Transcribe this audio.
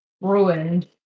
ruined